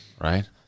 right